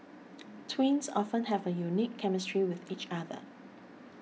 twins often have a unique chemistry with each other